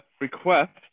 request